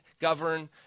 govern